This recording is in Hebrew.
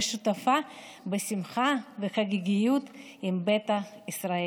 ושותפה בשמחה ובחגיגות עם ביתא ישראל.